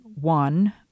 one